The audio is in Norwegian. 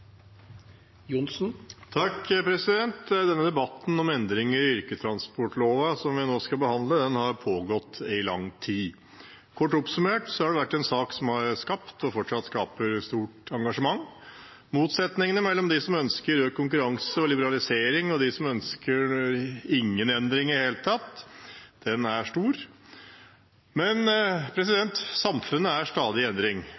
Denne debatten om endringer i yrkestransportloven som vi nå skal behandle, har pågått i lang tid. Kort oppsummert har det vært en sak som har skapt og fortsatt skaper stort engasjement. Motsetningene mellom dem som ønsker økt konkurranse og liberalisering, og dem som ikke ønsker noen endring i det hele tatt, er stor. Men samfunnet er stadig i endring.